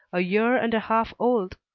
a year and a half old.